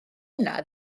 yna